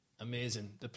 Amazing